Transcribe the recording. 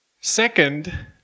Second